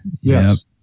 Yes